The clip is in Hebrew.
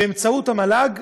באמצעות המל"ג,